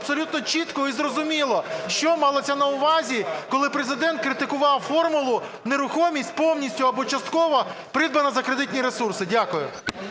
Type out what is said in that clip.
абсолютно чітко і зрозуміло, що малося на увазі, коли Президент критикував формулу: нерухомість повністю або частково придбана за кредитні ресурси. Дякую.